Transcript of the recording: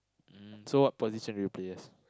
mm so what position you play as